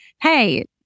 hey